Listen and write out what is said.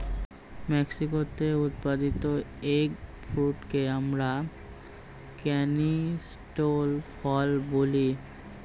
মেক্সিকোতে উৎপাদিত এগ ফ্রুটকে আমরা ক্যানিস্টেল ফল বলি